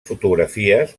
fotografies